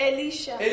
Elisha